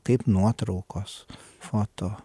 kaip nuotraukos foto